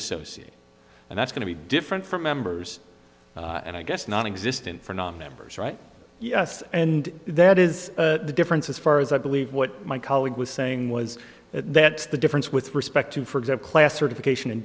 associate and that's going to be different from members and i guess nonexistent for nonmembers right yes and that is the difference as far as i believe what my colleague was saying was that the difference with respect to for example class certification and